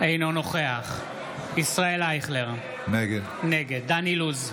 אינו נוכח ישראל אייכלר, נגד דן אילוז,